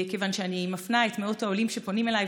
כיוון שאני מפנה את מאות העולים שפונים אליי,